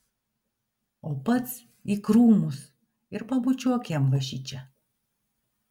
o pats į krūmus ir pabučiuok jam va šičia